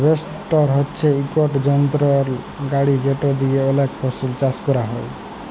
harvester হছে ইকট যলত্র গাড়ি যেট দিঁয়ে অলেক ফসল চাষ ক্যরা যায়